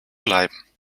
bleiben